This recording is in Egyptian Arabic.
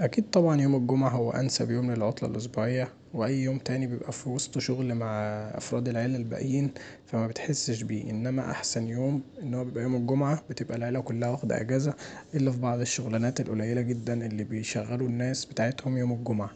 أكيد طبها يوم الجمعه هو انسب يوم للعطله الأسبوعية واي يوم تاني بيبقي في وسطه شغل مع افراد العيله الباقيينفمبتحسش بيه، انما احسن يوم ان هو يوم الجمعه، بتبقي العيله كلها واخده اجازه الا في بعض الشغلانات القليله جدا اللي بيشغلوا الناس بتاعتهم يوم الجمعه،